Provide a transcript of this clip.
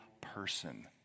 person